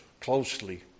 closely